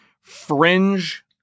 Fringe